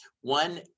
One